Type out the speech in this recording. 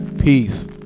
Peace